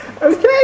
Okay